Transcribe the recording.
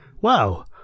Wow